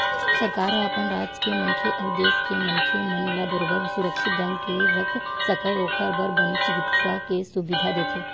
सरकार ह अपन राज के मनखे अउ देस के मनखे मन ला बरोबर सुरक्छित ढंग ले रख सकय ओखर बर बने चिकित्सा के सुबिधा देथे